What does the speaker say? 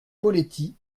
poletti